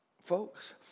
Folks